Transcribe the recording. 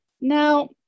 Now